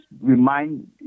remind